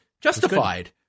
justified